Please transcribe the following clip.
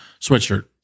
sweatshirt